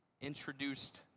introduced